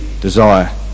desire